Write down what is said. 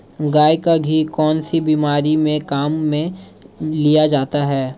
गाय का घी कौनसी बीमारी में काम में लिया जाता है?